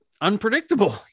unpredictable